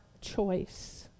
choice